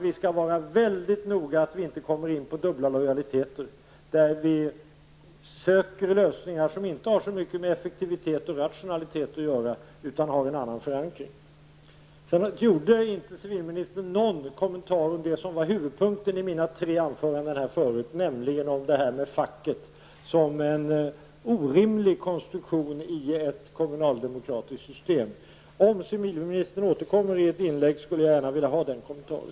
Vi skall vara mycket noga med att det inte blir fråga om dubbla lojaliteter där vi söker lösningar som inte har så mycket med effektivitet och rationalitet att göra utan som har en annan förankring. Sedan gjorde civilministern inte någon kommentar till det som var huvudpunkten i mina tre tidigare anföranden, nämligen att fackens medbestämmande är en orimlig konstruktion i ett kommunaldemokratiskt system. Om civilministern återkommer i ett inlägg skulle jag gärna vilja få en kommentar.